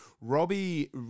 Robbie